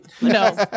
No